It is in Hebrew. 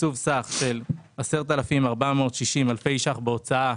תקצוב סך של 10,460 אלפי ש"ח בהוצאה